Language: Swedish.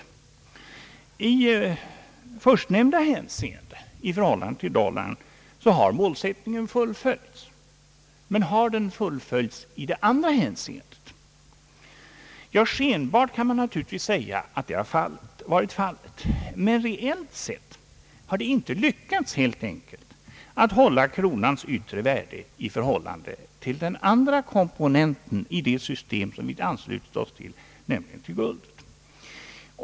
I förstnämnda hänseende — i förhållande till dollarn — har målsättningen fullföljts. Men har den fullföljts i det andra hänseendet? Man kan naturligtvis säga att så skenbart varit fallet, men reellt sett har det inte lyckats att bevara kronans yttre värde i förhållande till den andra komponenten i det system, som vi har anslutit oss till.